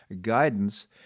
guidance